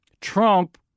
Trump